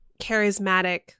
charismatic